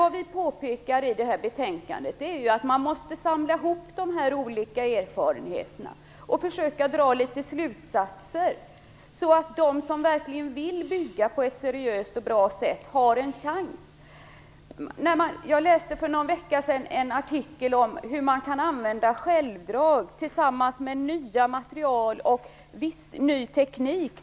Vad vi påpekar i betänkandet är att man måste samla ihop de olika erfarenheterna och försöka dra litet slutsatser, så att de som verkligen vill bygga på ett seriöst och bra sätt har en chans. Jag läste för någon vecka sedan en artikel om hur man kan använda självdrag tillsammans med nya material och viss ny teknik.